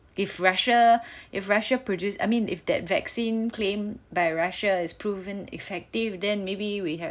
if Russia if Russia produced I mean if that vaccine claim by Russia is proven effective then maybe we have